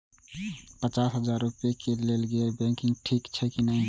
पचास हजार रुपए के लेल गैर बैंकिंग ठिक छै कि नहिं?